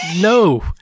no